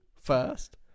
first